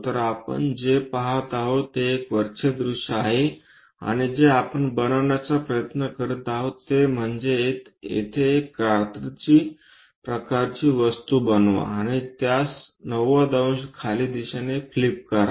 तर आपण जे पाहत आहोत ते एक वरचे दृश्य आहे आणि जे आपण बनवण्याचा प्रयत्न करीत आहोत ते म्हणजे येथे एक कात्रीची प्रकारची वस्तू बनवा आणि त्यास 90 अंश खाली दिशेने फ्लिप करा